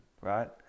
Right